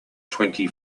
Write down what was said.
twenty